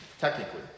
technically